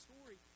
story